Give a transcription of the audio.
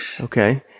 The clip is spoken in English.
okay